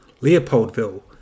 Leopoldville